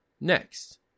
Next